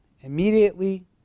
Immediately